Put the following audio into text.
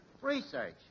Research